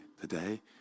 today